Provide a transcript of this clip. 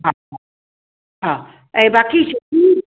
हा हा हा ऐं बाक़ी